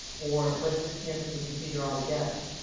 or let's just cancel your procedure altogether.